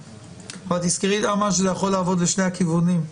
אבל תזכרי, נעמה, שזה יכול לעבוד לשני הכיוונים.